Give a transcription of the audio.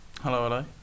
hello